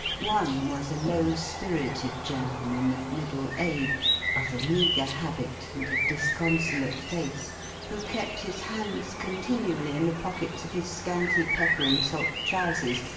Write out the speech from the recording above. one was a low-spirited gentleman of middle age, of a meagre habit, and a disconsolate face who kept his hands continually in the pockets of his scanty pepper-and-salt trousers,